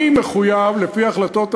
אני מחויב, לפי החלטות הממשלה,